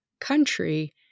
country